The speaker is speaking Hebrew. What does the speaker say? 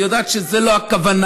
והיא יודעת שזו לא הכוונה,